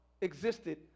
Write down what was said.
existed